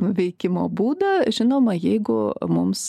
veikimo būdą žinoma jeigu mums